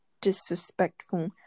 disrespectful